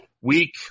week